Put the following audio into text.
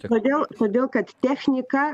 kodėl kodėl kad technika